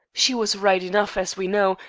she was right enough, as we know,